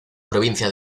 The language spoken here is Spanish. provincia